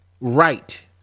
right